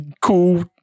cool